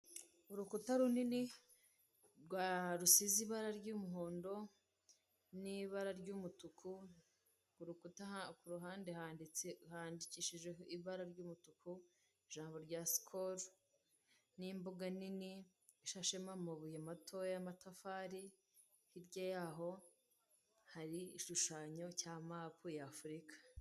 Urukuta runini rwa rusize ibara ry'umuhondo, n'ibara ry'umutuku ku rukuta ku ruhanda handitse handikishije ibara ry'umutuku ijambo rya sikoro, n'imbuga nini ishashemo amabuye mato y'amatafari, hirya yaho hari igishushanyo cya mapu y'afurika.